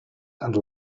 and